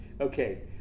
Okay